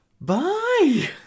Bye